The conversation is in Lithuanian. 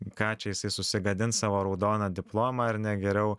ką čia jisai susigadins savo raudoną diplomą ar ne geriau